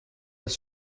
als